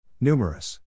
Numerous